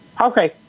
Okay